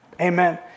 Amen